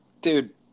dude